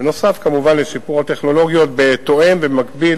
בנוסף, כמובן, לשיפור הטכנולוגיות, בתואם ובמקביל